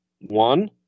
One